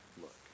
look